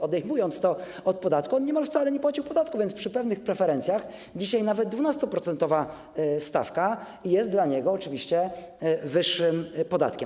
Odejmując to od podatku, on niemal wcale nie płacił podatku, więc przy pewnych preferencjach dzisiaj nawet 12-procentowa stawka jest dla niego oczywiście wyższym podatkiem.